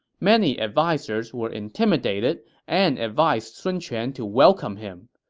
many advisers were intimidated and advised sun quan to welcome him.